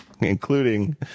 including